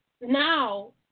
now